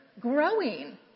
growing